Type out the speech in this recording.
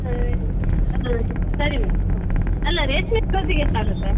ಹಾಂ ಹಾಂ ಸರಿ ಮ್ಯಾಮ್ ಓ ಅಲ್ಲ ರೇಷ್ಮೆ ಬ್ಲೌಸಿಗೆ ಎಷ್ಟಾಗುತ್ತೆ